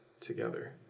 together